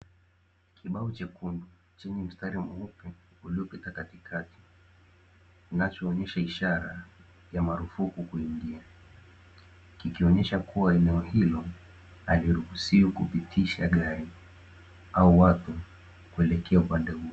Kibao chekundu, chenye mstari mweupe uliyopita katikati, kinachoonyesha ishara ya marufuku kuingia, kikionyesha kuwa eneo hilo hairuhusiwi kupitisha gari au watu kuelekea upande huo.